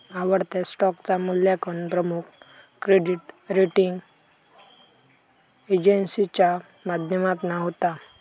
आवडत्या स्टॉकचा मुल्यांकन प्रमुख क्रेडीट रेटींग एजेंसीच्या माध्यमातना होता